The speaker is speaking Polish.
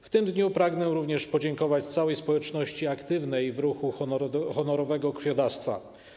W tym dniu pragnę również podziękować całej społeczności aktywnej w ruchu honorowego krwiodawstwa.